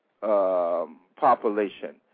population